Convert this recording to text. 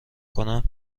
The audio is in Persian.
کنم